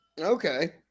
Okay